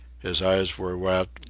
his eyes were wet.